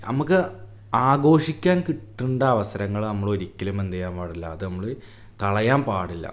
നമുക്ക് ആഘോഷിക്കാന് കിട്ടേണ്ട അവസരങ്ങൾ നമ്മളൊരിക്കലുംഎന്തു ചെയ്യാന് പാടില്ല അത് നമ്മൾ കളയാന് പാടില്ല